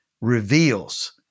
reveals